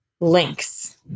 links